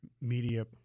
media